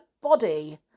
body